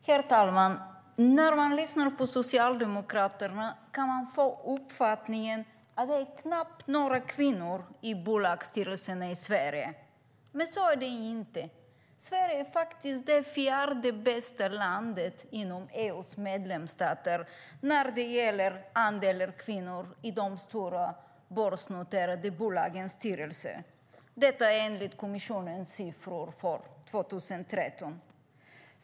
Herr talman! När man lyssnar på Socialdemokraterna kan man få uppfattningen att det knappt är några kvinnor i bolagsstyrelserna i Sverige, men så är det inte. Sverige är faktiskt det fjärde bästa landet bland EU:s medlemsstater när det gäller andelen kvinnor i de stora börsnoterade bolagens styrelser, enligt kommissionens siffror för 2013.